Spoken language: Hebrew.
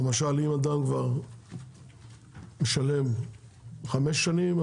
למשל אם אדם כבר משלם חמש שנים,